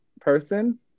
person